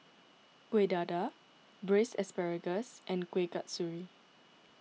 Kueh Dadar Braised Asparagus and Kueh Kasturi